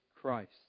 Christ